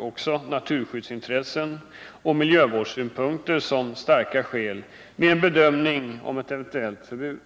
också naturskyddsintressen och miljövårdssynpunkter som starka skäl vid en bedömning av ett eventuellt förbud.